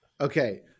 Okay